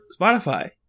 Spotify